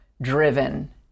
driven